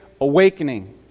Awakening